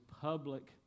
public